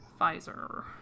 Pfizer